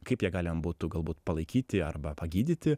kaip ją galima būtų galbūt palaikyti arba pagydyti